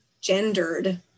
gendered